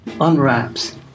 unwraps